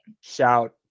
Shout